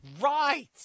Right